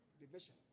division